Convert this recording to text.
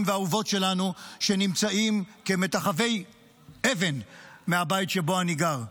והאהובות שלנו שנמצאים כמטחווי אבן מהבית שבו אני גר.